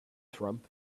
trump